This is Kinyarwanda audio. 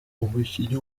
umukinnyi